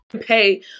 Pay